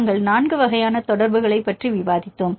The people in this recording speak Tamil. நாங்கள் நான்கு வகையான தொடர்புகளைப் பற்றி விவாதித்தோம்